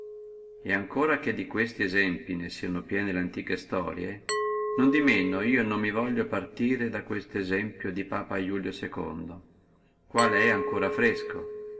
et ancora che di questi esempli ne siano piene le antiche istorie non di manco io non mi voglio partire da questo esemplo fresco di